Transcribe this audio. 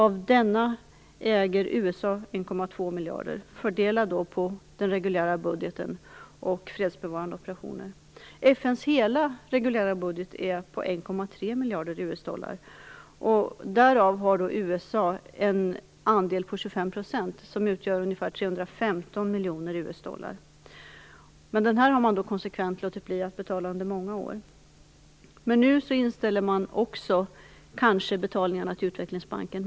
Av denna äger USA 1,2 miljarder, fördelat på den reguljära budgeten och fredsbevarande operationer. FN:s hela reguljära budget är på 1,3 miljarder US-dollar. Därav har USA en andel på 25 %, som utgör ungefär 315 miljoner US-dollar. Denna skuld har man konsekvent låtit bli att betala under många år. Nu inställer man kanske också betalningarna till Utvecklingsbanken.